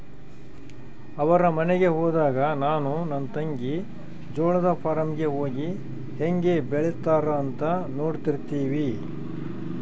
ಅವರ ಮನೆಗೆ ಹೋದಾಗ ನಾನು ನನ್ನ ತಂಗಿ ಜೋಳದ ಫಾರ್ಮ್ ಗೆ ಹೋಗಿ ಹೇಂಗೆ ಬೆಳೆತ್ತಾರ ಅಂತ ನೋಡ್ತಿರ್ತಿವಿ